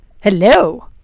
hello